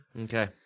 Okay